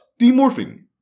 demorphing